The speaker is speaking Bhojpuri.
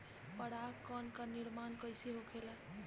पराग कण क निर्माण कइसे होखेला?